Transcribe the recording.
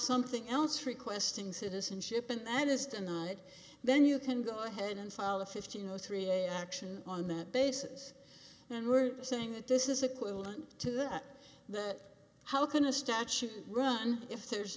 something else requesting citizenship and that is tonight then you can go ahead and file a fifteen zero three action on that basis and we're saying that this is equivalent to that how can a statute run if there's